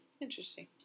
Interesting